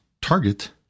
target